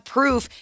proof